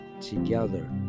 together